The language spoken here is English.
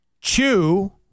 Chew